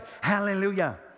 Hallelujah